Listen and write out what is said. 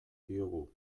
diogu